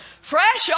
Fresh